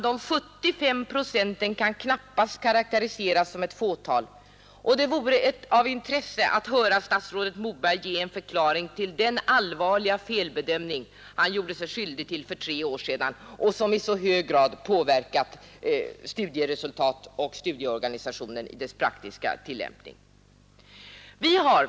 De 75 procenten kan knappast karakteriseras som ett fåtal, och det vore onekligen av intresse att höra statsrådet Moberg ge en förklaring till den allvarliga felbedömning som han gjorde sig skyldig till för tre år sedan och som i så hög grad har påverkat studieresultaten och studieorganisationen i dess praktiska tillämpning.